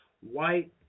White